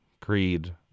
creed